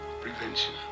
Prevention